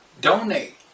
donate